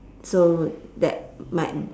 so that my